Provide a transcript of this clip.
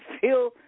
feel